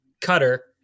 Cutter